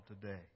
today